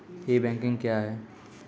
ई banking क्या हैं?